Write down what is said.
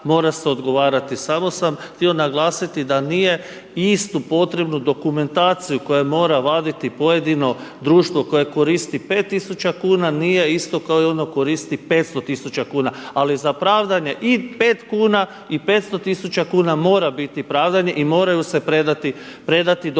Samo sam htio naglasiti da nije istu potrebnu dokumentaciju koju mora vaditi pojedino društvo koje koristi 5000 kuna nije isto kao i ono koje koristi 500 tisuća kuna. Ali za pravdanje i 5 kuna i 500 tisuća kuna, moraju biti opravdani i moraju se predati dokumentacija